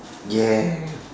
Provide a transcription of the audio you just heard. ya